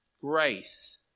Grace